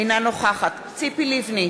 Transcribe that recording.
אינה נוכחת ציפי לבני,